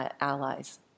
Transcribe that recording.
allies